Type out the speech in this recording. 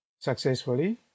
successfully